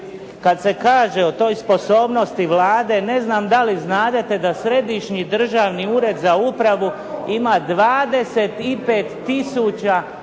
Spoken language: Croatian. Kad se kaže o toj sposobnosti Vlade, ne znam da li znadete da Središnji državni ured za upravu ima 25000